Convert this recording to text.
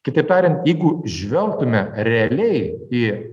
kitaip tariant jeigu žvelgtume realiai į